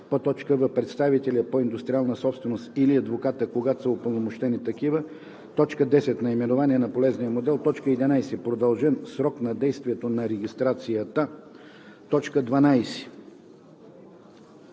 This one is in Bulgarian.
в) представителя по индустриална собственост или адвоката, когато са упълномощени такива; 10. наименование на полезния модел; 11. продължен срок на действие на регистрацията; 12.